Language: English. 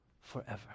forever